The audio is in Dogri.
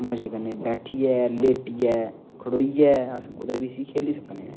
मजे कन्नै बेठियै लैटियै खड़ोइयै अस कुतै बी इसी खेली सकने न